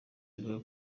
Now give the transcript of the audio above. avuga